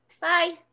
bye